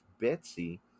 Betsy